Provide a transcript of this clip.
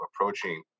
approaching